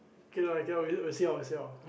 okay okay lah we see how we see how